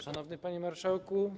Szanowny Panie Marszałku!